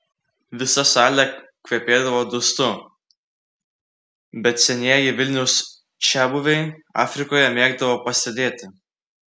visa salė kvepėdavo dustu bet senieji vilniaus čiabuviai afrikoje mėgdavo pasėdėti